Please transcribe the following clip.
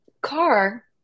car